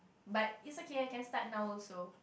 but it can can start now also